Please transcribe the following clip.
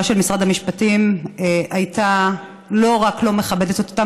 של משרד המשפטים הייתה לא רק לא מכבדת כלפי אותן